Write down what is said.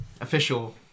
official